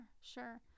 sure